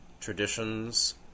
traditions